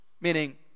Meaning